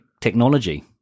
technology